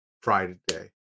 Friday